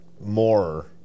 more